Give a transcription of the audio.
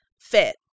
fit